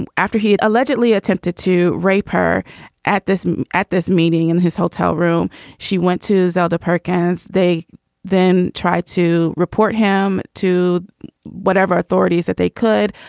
and after he allegedly attempted to rape her at this at this meeting in his hotel room she went to zelda perkins. they then tried to report him to whatever authorities that they could.